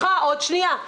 ברשותך, עוד שנייה.